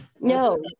No